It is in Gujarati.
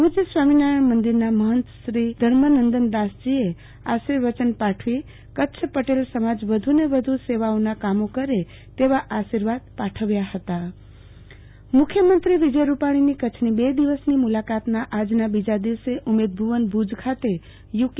ભુજ સ્વામિનારાયણ મંદિરના મહંતશ્રી ધર્મનંદનદાસજીએ આશીર્વચન પાઠવી કચ્છ પટેલ સમાજ વધુ ને વધુ સેવાઓના કામો કરે તેવા આશીર્વાદ પાઠવ્યા હતા આરતીબેન ભદ્દ મુ ખ્યમંત્રી બિન નિવાસી ભારતીય મુલાકાત બેઠક મુ ખ્યમંત્રી વિજય રૂપાણીની કચ્છની બે દિવસની મૂ લાકાતના આજના બીજા દિવસે ઉમેદભુ વના ભુજ ખાતે યુકે